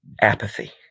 Apathy